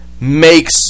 makes